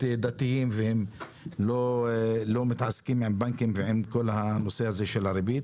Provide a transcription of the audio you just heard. דתיים ולא מתעסקים עם בנקים ועם ריבית.